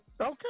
Okay